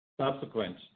Subsequent